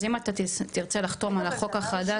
אז אם אתה תרצה לחתום על החוק החדש.